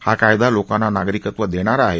हा कायदा लोकांना नागरिकत्व देणारा आहे